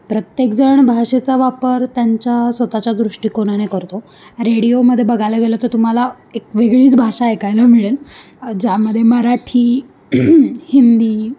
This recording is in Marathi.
प्रत्येकजण भाषेचा वापर त्यांच्या स्वतःच्या दृष्टिकोनाने करतो रेडिओमध्ये बघायला गेलं तर तुम्हाला एक वेगळीच भाषा ऐकायला मिळेल ज्यामध्ये मराठी हिंदी